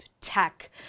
tech